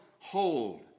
hold